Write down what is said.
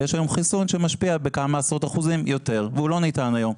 ויש היום חיסון שמשפיע בכמה עשרות אחוזים יותר והוא לא ניתן היום,